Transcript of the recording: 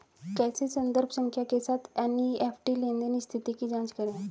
कैसे संदर्भ संख्या के साथ एन.ई.एफ.टी लेनदेन स्थिति की जांच करें?